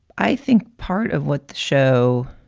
i think part of what the show.